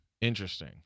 Interesting